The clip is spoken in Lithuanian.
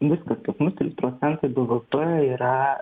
viskas pas mus trys procentai bvp yra